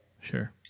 Sure